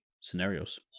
scenarios